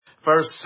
First